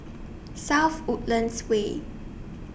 South Woodlands Way